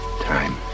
time